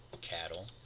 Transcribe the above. cattle